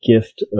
gift